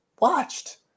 watched